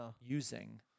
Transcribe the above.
using